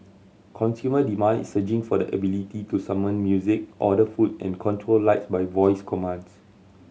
consumer demand is surging for the ability to summon music order food and control lights by voice commands